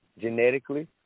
genetically